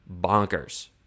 bonkers